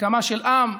נקמה של עם,